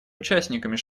участниками